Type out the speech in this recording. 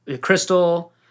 Crystal